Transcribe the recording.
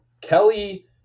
Kelly